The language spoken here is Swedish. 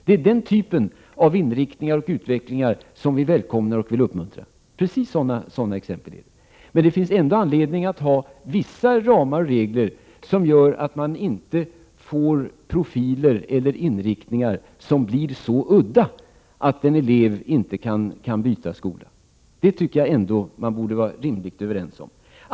Det är den typen av inriktning och utveckling som är välkommen och som bör uppmuntras. Det finns dock anledning att ha vissa ramar och regler som gör att profiler och inriktning inte blir så udda att en elev inte kan byta skola. Det bör vi rimligen var överens om.